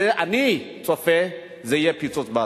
ואני צופה שיהיה פיצוץ בעתיד.